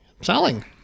selling